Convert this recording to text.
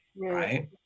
right